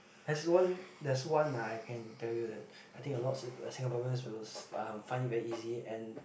has one there's one ah I can tell you that I think a lot of Singa~ Singaporeans will um find it very easy and